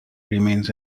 remains